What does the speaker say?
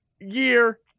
year